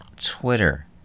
Twitter